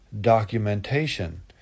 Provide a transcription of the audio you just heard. documentation